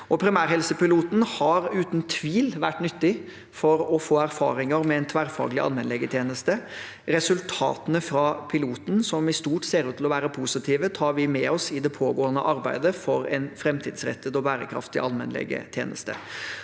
Primærhelsepiloten har uten tvil vært nyttig for å få erfaringer med en tverrfaglig allmennlegetjeneste. Resultatene fra piloten, som i stort ser ut til å være positive, tar vi med oss i det pågående arbeidet for en framtidsrettet og bærekraftig allmennlegetjeneste.